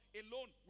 alone